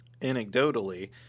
Anecdotally